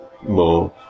More